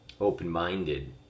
open-minded